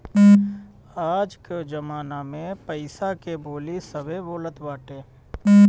आज कअ जमाना में पईसा के बोली सभे बोलत बाटे